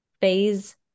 phase